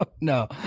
No